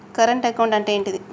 Current account అంటే ఏంటిది?